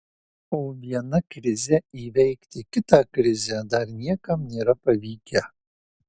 o viena krize įveikti kitą krizę dar niekam nėra pavykę